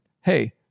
Hey